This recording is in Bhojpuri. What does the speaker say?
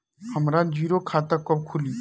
हमरा जीरो खाता कब खुली?